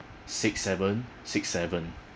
six seven six seven